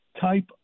type